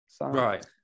Right